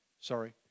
sorry